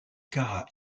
kara